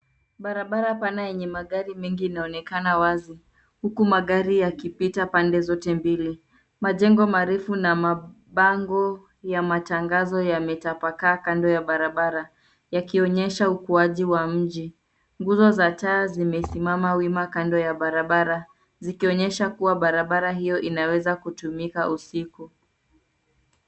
Barabara pana yenye magari mengi inaonekana wazi, huku magari yakipita pande zote mbili. Majengo marefu na mabango ya matangazo yametapakaa kando ya barabara yakionyesha ukuaji wa mji. Nguzo za taa zimesimama wima kando ya barabara zikionyesha kuwa barabara hiyo inaweza kutumika usiku.